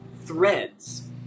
threads